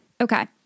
Okay